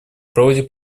проводят